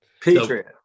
Patriot